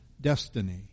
destiny